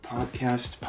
Podcast